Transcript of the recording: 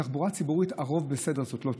בתחבורה ציבורית "הרוב בסדר" זאת לא תשובה.